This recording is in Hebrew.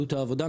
עלות העבודה,